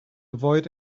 avoid